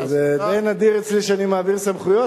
זה די נדיר אצלי שאני מעביר סמכויות,